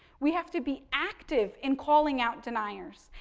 we have to be active in calling out deniers.